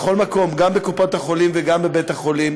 בכל מקום, גם בקופות-החולים וגם בבית החולים.